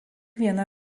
viena